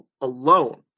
alone